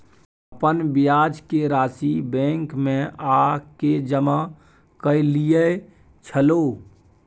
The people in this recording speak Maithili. अपन ब्याज के राशि बैंक में आ के जमा कैलियै छलौं?